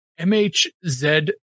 MHZ